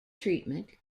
treatment